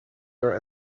their